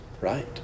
right